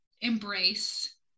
embrace